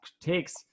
takes